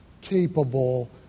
capable